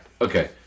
Okay